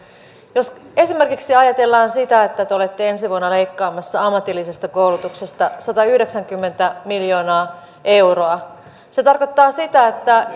jos esimerkiksi ajatellaan sitä että te olette ensi vuonna leikkaamassa ammatillisesta koulutuksesta satayhdeksänkymmentä miljoonaa euroa se tarkoittaa sitä että